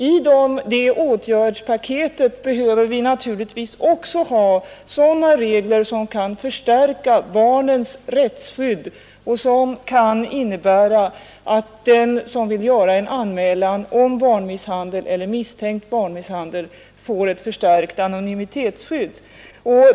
I det åtgärdspaketet behöver vi naturligtvis också ha sådana regler som kan förstärka barnens rättsskydd och som kan innebära att den som vill göra en anmälan om barnmisshandel eller misstänkt barnmisshandel får ett förstärkt anonymitetsskydd.